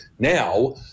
Now